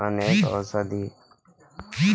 अरंडीक तेलक अनेक औषधीय आ औद्योगिक उपयोग होइ छै